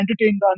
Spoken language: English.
entertain